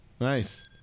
nice